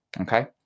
Okay